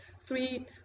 three